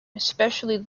especially